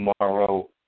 tomorrow